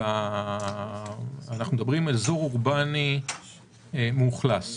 אנחנו מדברים על אזור אורבני מאוכלס.